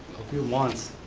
a few months,